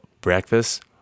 breakfast